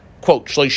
quote